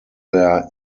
their